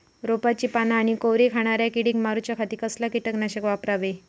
रोपाची पाना आनी कोवरी खाणाऱ्या किडीक मारूच्या खाती कसला किटकनाशक वापरावे?